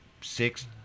six